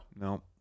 No